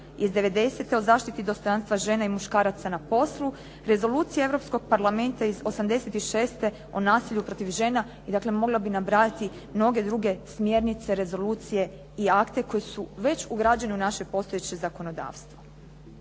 iz 90.-te o zaštiti dostojanstva žene i muškaraca na poslu, Rezolucija Europskog parlamenta iz 86.-te o nasilju protiv žena i dakle, mogla bih nabrajati mnoge druge smjernice, rezolucije i akte koji su već ugrađeni u naše postojeće zakonodavstvo.